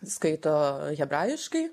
skaito hebrajiškai